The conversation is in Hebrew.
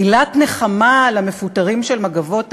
מילת נחמה על המפוטרים של "מגבות ערד",